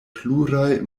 pluraj